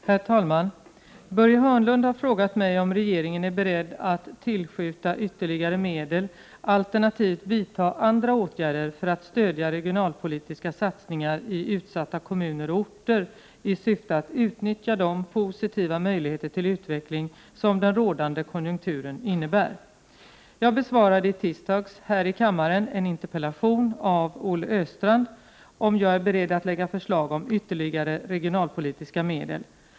Herr talman! Börje Hörnlund har frågat mig om regeringen är beredd att tillskjuta ytterligare medel alternativt vidta andra åtgärder för att stödja regionalpolitiska satsningar i utsatta kommuner och orter i syfte att utnyttja de positiva möjligheter till utveckling som den rådande konjunkturen Prot. 1988/89:72 innebär. 23 februari 1989 Jag besvarade i tisdags här i kammaren en interpellation av Olle Östrand om jag är beredd att lägga förslag om ytterligare regionalpolitiska medel.